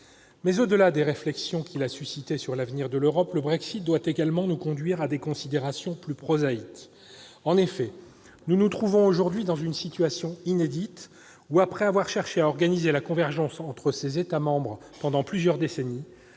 ans. Au-delà des réflexions qu'il a suscitées sur l'avenir de l'Union, le Brexit doit également nous conduire à des considérations plus prosaïques. En effet, nous sommes aujourd'hui dans une situation inédite. Après avoir cherché à organiser la convergence entre ses États membres pendant plusieurs décennies,